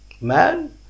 man